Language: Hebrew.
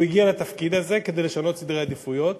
והוא הגיע לתפקיד הזה כדי לשנות סדרי עדיפויות,